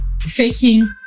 faking